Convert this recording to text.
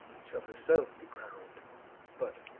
shall herself be crown'd but,